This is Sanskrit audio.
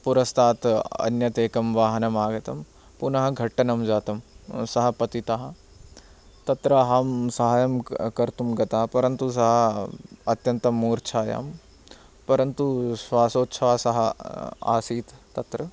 पुरस्तात् अन्यत् एकं वाहनम् आगतं पुनः घट्टनं जातं सः पतितः तत्राहं साहायं क कर्तुं गतः परन्तु सः अत्यन्तं मूर्छायां परन्तु श्वासोच्छावः आसीत् तत्र